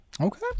Okay